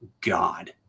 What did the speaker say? God